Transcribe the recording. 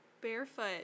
barefoot